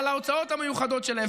על ההוצאות המיוחדות שלהן.